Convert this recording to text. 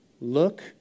Look